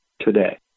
today